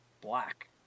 black